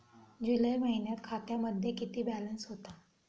जुलै महिन्यात खात्यामध्ये किती बॅलन्स होता?